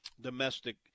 domestic